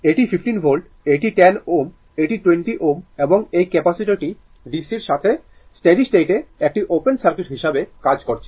এটি 15 ভোল্ট এটি 10 Ω এটি 20 Ω এবং এই ক্যাপাসিটারটি DC এর সাথে স্টেডি স্টেট একটি ওপেন সার্কিট হিসাবে কাজ করছে